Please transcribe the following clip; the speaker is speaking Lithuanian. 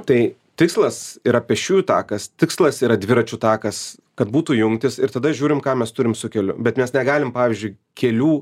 tai tikslas yra pėsčiųjų takas tikslas yra dviračių takas kad būtų jungtys ir tada žiūrim ką mes turim su keliu bet mes negalim pavyzdžiui kelių